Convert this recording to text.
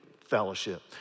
fellowship